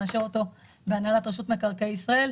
אנחנו נאשר אותו בהנהלת רשות מקרקעי ישראל.